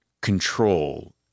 control